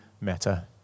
matter